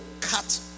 cut